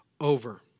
over